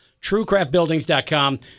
truecraftbuildings.com